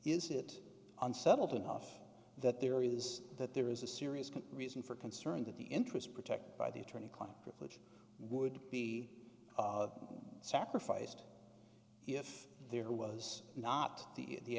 is it unsettled enough that there is that there is a serious reason for concern that the interests protected by the attorney would be sacrificed if there was not the the